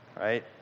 right